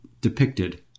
depicted